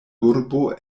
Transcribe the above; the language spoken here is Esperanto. urbo